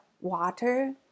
water